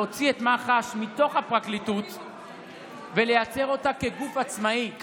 להוציא את מח"ש מתוך הפרקליטות ולייצר אותה כגוף עצמאי,